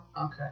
Okay